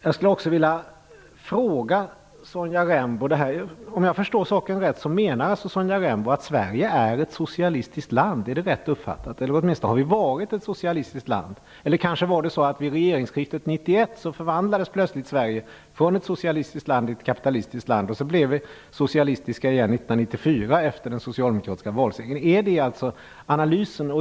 Jag skulle också vilja fråga Sonja Rembo en annan sak. Om jag förstår saken rätt så menar Sonja Rembo att Sverige är ett socialistiskt land. Är det rätt uppfattat? Eller åtminstone så har det varit ett socialistiskt land. Eller var det så att vid regeringsskiftet 1991 förvandlades plötsligt Sverige från ett socialistiskt land till ett kapitalistiskt land? Och sedan blev vi socialistiska igen 1994 efter den socialdemokratiska valsegern. Är det rätt analys?